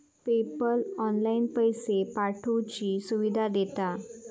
PayPal online पैशे पाठवुची सुविधा देता